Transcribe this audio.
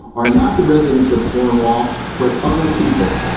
are not the residents of cornwall, but other people.